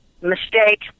Mistake